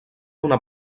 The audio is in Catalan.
una